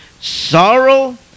sorrow